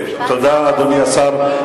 תודה, אדוני השר.